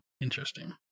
Interesting